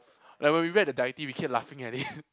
like when we read the directive we kept laughing at it